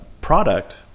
product